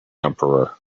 emperor